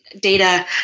data